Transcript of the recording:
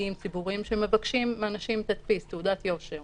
ציבוריים, שמבקשים מאנשים תדפיס, תעודת יושר.